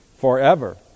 forever